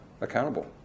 accountable